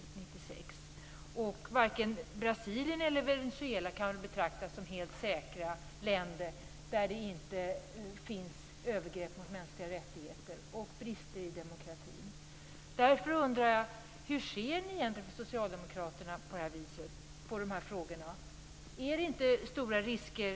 Varken Brasilien eller Venezuela kan väl betraktas som helt säkra länder, där det inte begås övergrepp mot mänskliga rättigheter och finns brister i demokratin. Hur ser egentligen Socialdemokraterna på de här frågorna? Är inte det här förenat med stora risker?